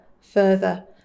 further